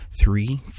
three